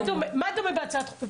מה דומה בהצעות החוק?